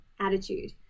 attitude